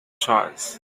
choice